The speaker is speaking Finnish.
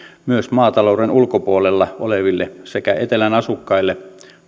myös maatalouden ulkopuolella oleville sekä etelän asukkaille